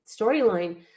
storyline